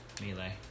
Melee